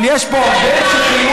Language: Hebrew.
אבל יש פה הרבה המשכיות,